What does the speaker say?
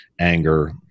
anger